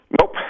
Nope